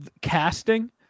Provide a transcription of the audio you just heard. casting